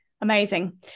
amazing